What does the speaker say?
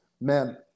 man